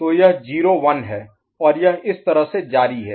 तो यह 0 1 है और यह इस तरह से जारी है